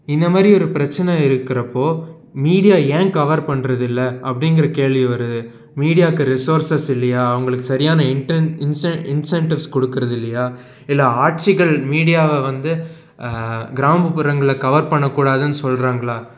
இந்த மாதிரி ஒரு பிரச்சனை இருக்கறப்போ மீடியா ஏன் கவர் பண்ணுறதில்ல அப்படிங்கிற கேள்வி வருது மீடியாக்கு ரிசோர்ஸஸ் இல்லையா அவங்களுக்கு சரியான இன்டென் இன்சன் இன்சென்டிவ்ஸ் கொடுக்கறது இல்லையா இல்லை ஆட்சிகள் மீடியாவை வந்து கிராமப்புறங்களை கவர் பண்ண கூடாதுன்னு சொல்லுறாங்களா